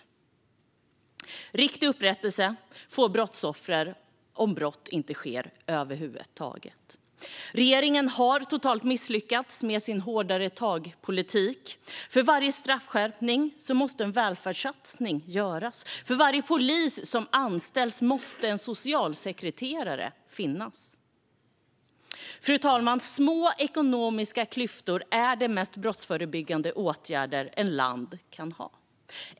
Riktig upprättelse får brottsoffer om brott inte sker över huvud taget. Regeringen har totalt misslyckats med sin hårdare-tag-politik. För varje straffskärpning måste en välfärdssatsning göras. För varje polis som anställs måste en socialsekreterare finnas. Fru talman! Små ekonomiska klyftor är den mest brottsförebyggande åtgärd ett land kan ha.